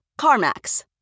CarMax